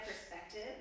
perspective